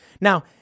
Now